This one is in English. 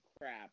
crap